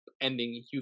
ending